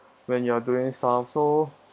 when you are doing stuff so